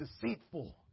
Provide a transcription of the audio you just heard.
deceitful